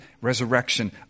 resurrection